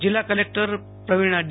જીલ્લા collector Praveena D